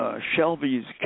Shelby's